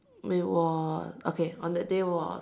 it was okay on that day was